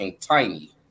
tiny